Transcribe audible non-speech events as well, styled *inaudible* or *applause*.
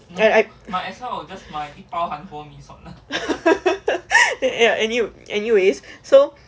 and *laughs* ya ya anyways so